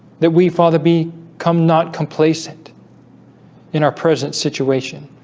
that we father be come not complacent in our present situation